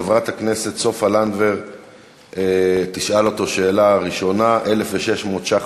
חברת הכנסת סופה לנדבר תשאל אותו שאלה ראשונה: 1,600 ש"ח